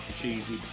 cheesy